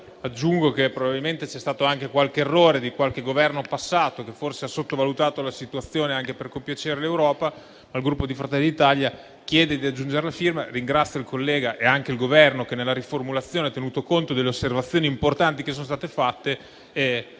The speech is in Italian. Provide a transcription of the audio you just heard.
Aggiungo che probabilmente c'è stato anche qualche errore, di qualche Governo passato, che forse ha sottovalutato la situazione anche per compiacere l'Europa. Il Gruppo Fratelli d'Italia chiede pertanto di aggiungere la firma dei suoi componenti. Ringrazio il collega e anche il Governo, che nella riformulazione ha tenuto conto delle osservazioni importanti che sono state fatte: